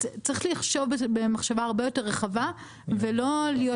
לחשוב במחשבה הרבה יותר רחבה ולא להיות